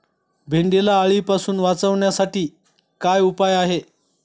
भेंडीला अळीपासून वाचवण्यासाठी काय उपाय आहे?